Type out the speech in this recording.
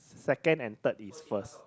second and third is first